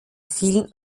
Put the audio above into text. vielen